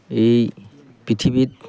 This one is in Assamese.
এই পৃথিৱীত